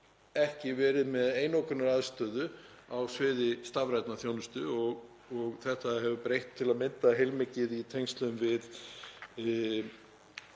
geti verið með einokunarstöðu á sviði stafrænnar þjónustu. Þetta hefur breytt til að mynda heilmiklu í tengslum við